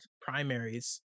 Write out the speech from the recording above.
primaries